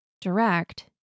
direct